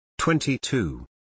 22